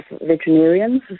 veterinarians